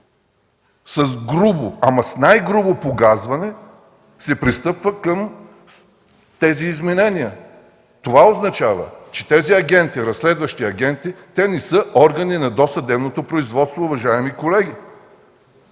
с грубо, ама, с най-грубо погазване се пристъпва към тези изменения. Това означава, че тези разследващи агенти не са органи на досъдебното производство, уважаеми колеги.